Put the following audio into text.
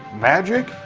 magic,